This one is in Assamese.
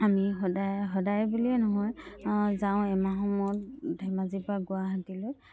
আমি সদায় সদায় বুলিয়েই নহয় যাওঁ এমাহৰ মূৰত ধেমাজিৰ পৰা গুৱাহাটীলৈ